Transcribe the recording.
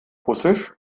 russisch